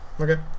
Okay